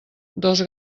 dos